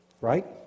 Right